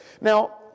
now